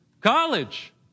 College